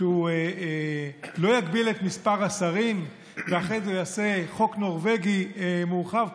שהוא לא יגביל את מספר השרים ואחרי זה הוא יעשה חוק נורבגי מורחב?